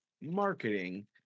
marketing